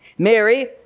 Mary